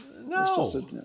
No